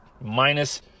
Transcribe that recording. minus